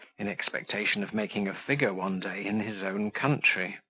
in expectation of making a figure one day in his own country.